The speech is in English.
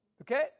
Okay